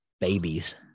babies